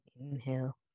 Inhale